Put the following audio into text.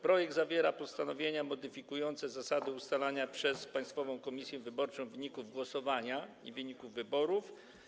Projekt zawiera postanowienia modyfikujące zasady ustalania przez Państwową Komisję Wyborczą wyników głosowania i wyników wyborów.